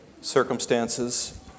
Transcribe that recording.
circumstances